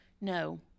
no